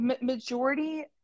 majority